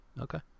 Okay